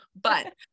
But-